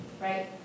right